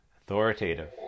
authoritative